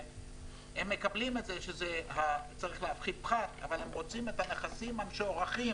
הם מקבלים את זה שצריך להפחית פחת אבל הם רוצים את הנכסים המשוערכים